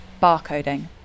barcoding